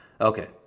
Okay